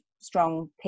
strong